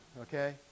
okay